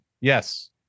Yes